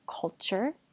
culture